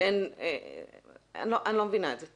אני לא מבינה את זה.